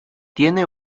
tiene